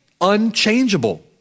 unchangeable